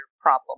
problem